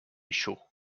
chauds